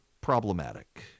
problematic